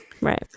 Right